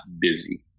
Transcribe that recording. busy